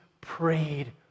prayed